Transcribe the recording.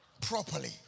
Properly